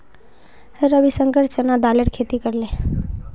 रविशंकर चना दालेर खेती करले